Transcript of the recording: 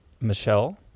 Michelle